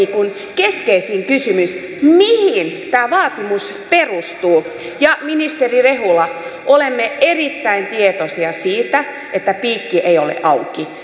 keskeisin kysymys mihin tämä vaatimus perustuu ministeri rehula olemme erittäin tietoisia siitä että piikki ei ole auki